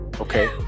Okay